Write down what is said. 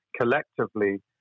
collectively